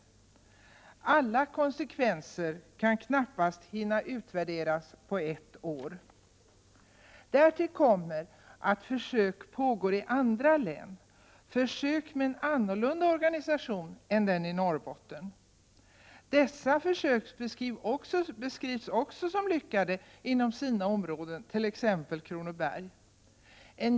Man kan knappast hinna med att 26 november 1987 utvärdera alla konsekvenser på ett år. ANAR NI Därtill kommer att försök pågår i andra län — försök med en organisation som skiljer sig från den i Norrbotten. Dessa försök beskrivs också som lyckade inom sina områden, t.ex. i Kronobergs län.